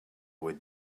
would